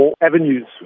avenues